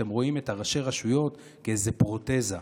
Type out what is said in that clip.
אתם רואים את ראשי הרשויות כאיזה פרוטזה,